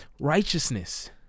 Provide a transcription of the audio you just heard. righteousness